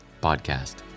podcast